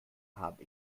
habe